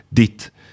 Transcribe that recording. ditt